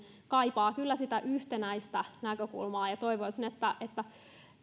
kaipaa kyllä sitä yhtenäistä näkökulmaa ja ja toivoisin että että